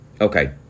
Okay